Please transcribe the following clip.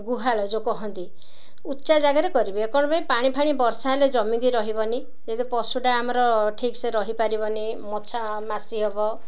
ଗୁହାଳ ଯୋଉ କହନ୍ତି ଉଚ୍ଚା ଜାଗାରେ କରିବେ କ'ଣ ପାଣିଫାଣି ବର୍ଷା ହେଲେ ଜମିକି ରହିବନି ଯେହେତୁ ପଶୁଟା ଆମର ଠିକ୍ସେ ରହିପାରିବନି ମଶା ମାଛି ହେବ